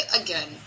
again